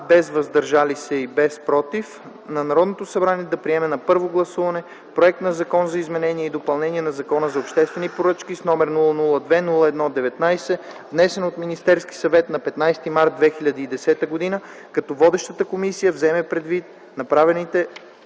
без „въздържали се” и „против” да приеме на първо гласуване проект на Закон за изменение и допълнение на Закона за обществените поръчки, № 002-01-19, внесен от Министерския съвет на 15 март 2010 г., като водещата комисия вземе предвид направените